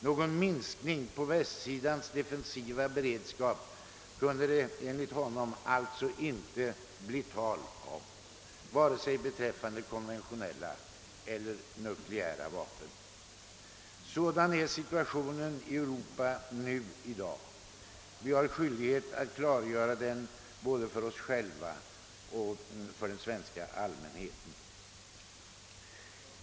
Någon minskning av Västsidans defensiva beredskap kunde det enligt honom alltså inte bli tal om beträffande vare sig konventionella eller nukleära vapen. Sådan är situationen i Europa nu i dag. Vi har skyldighet att klargöra det både för oss själva och för den svenska allmänheten.